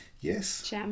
Yes